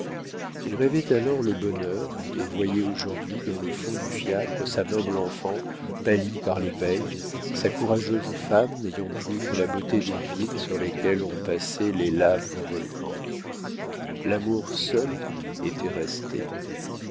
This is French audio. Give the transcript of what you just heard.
il rêvait alors le bonheur et voyait aujourd'hui dans le fond du fiacre sa noble enfant pâlie par les veilles sa courageuse femme n'ayant plus que la beauté des villes sur lesquelles ont passé les laves d'un volcan l'amour seul était resté